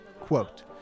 quote